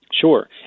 Sure